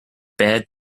bad